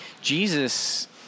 Jesus